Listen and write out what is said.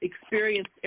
experienced